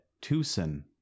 Tucson